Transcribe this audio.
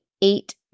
eight